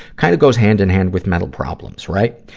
kind of goes hand in hand with mental problems, right?